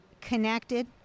connected